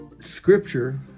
scripture